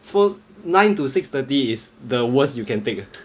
so nine to six thirty is the worst you can take